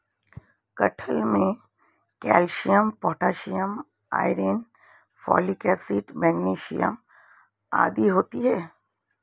कटहल में calcium potassium iron folic acid magnesium आदि होते हैं